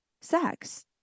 sex